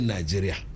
Nigeria